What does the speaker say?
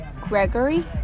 Gregory